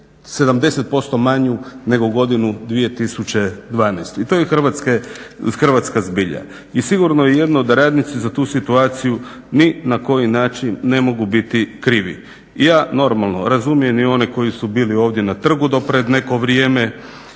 70% manju nego godinu 2012. i to je hrvatska zbilja. I sigurno je jedno, da radnici za tu situaciju ni na koji način ne mogu biti krivi. Ja normalno razumijem i one koji su bili ovdje na trgu do pred neko vrijeme